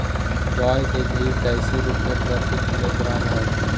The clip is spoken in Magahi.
गाय का घी कैसे रुपए प्रति किलोग्राम है?